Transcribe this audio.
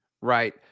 Right